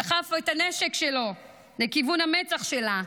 דחף את הנשק שלו לכיוון המצח שלה,